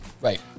Right